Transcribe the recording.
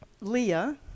Leah